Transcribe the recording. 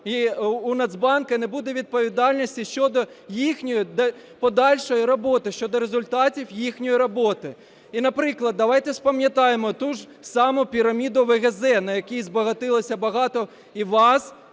і у Нацбанку не буде відповідальності щодо їхньої подальшої роботи, щодо результатів їхньої роботи. І, наприклад, давайте згадаймо ту ж саму піраміду ОВГЗ, на якій збагатилося багато і вас,